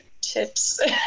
tips